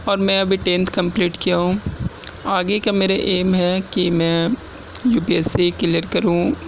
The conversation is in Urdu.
اور میں ابھی ٹینتھ کمپلیٹ کیا ہوں آگے کا میرا ایم ہے کہ میں U P S C clear کروں